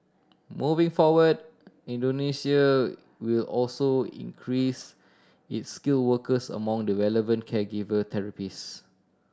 moving forward Indonesia will also increase its skilled workers among the related to caregiver therapist